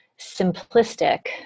simplistic